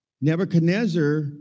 Nebuchadnezzar